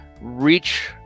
reach